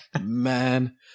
Man